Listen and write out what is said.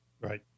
Right